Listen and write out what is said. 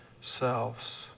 selves